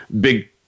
big